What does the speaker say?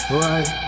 right